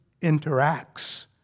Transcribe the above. interacts